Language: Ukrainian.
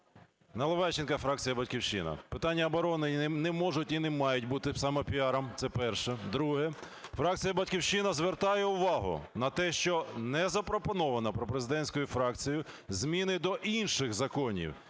Наливайченко, фракція "Батьківщина". Питання оборони не можуть бути і не мають бути самопіаром. Це перше. Друге. Фракція "Батьківщина" звертає увагу на те, що не запропоновані пропрезидентською фракцією зміни до інших законів,